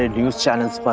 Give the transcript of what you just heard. ah news channels but